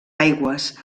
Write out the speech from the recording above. aigües